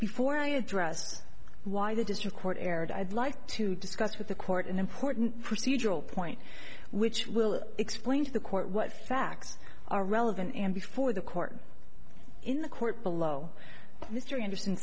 before i address why the district court erred i'd like to discuss with the court an important procedural point which will explain to the court what facts are relevant and before the court in the court below mr ander